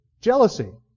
jealousy